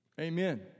Amen